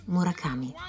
Murakami